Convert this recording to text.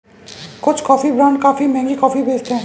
कुछ coffee brand काफी महंगी कॉफी बेचते हैं